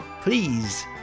Please